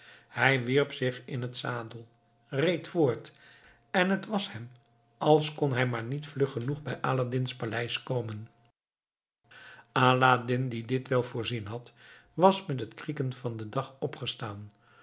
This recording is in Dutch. hij wierp zich in den zadel reed voort en het was hem als kon hij maar niet vlug genoeg bij aladdin's paleis komen aladdin die dit wel voorzien had was met het krieken van den dag opgestaan